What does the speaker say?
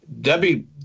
Debbie